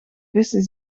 vissen